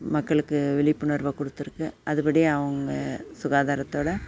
மக்களுக்கு விழிப்புணர்வை கொடுத்துருக்கு அதுபடி அவங்க சுகாதாரத்தோடு